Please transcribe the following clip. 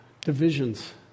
divisions